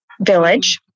Village